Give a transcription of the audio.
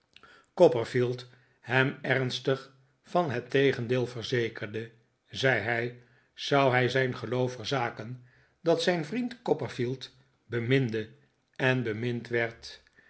copperfield hem ernstig van het tegendeel verzekerde zei hij zou hij zijn geloof verzaken dat zijn vriend copperfield beminde en bemind werd